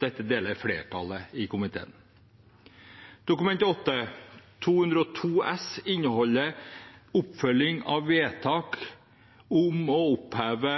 Dette deler flertallet i komiteen. Dokument 8:202 S for 2020–2021 inneholder oppfølging av vedtak om å oppheve